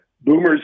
boomers